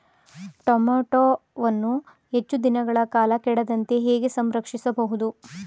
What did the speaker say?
ಟೋಮ್ಯಾಟೋವನ್ನು ಹೆಚ್ಚು ದಿನಗಳ ಕಾಲ ಕೆಡದಂತೆ ಹೇಗೆ ಸಂರಕ್ಷಿಸಬಹುದು?